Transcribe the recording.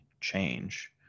change